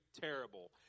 terrible